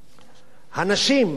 הנשים העובדות,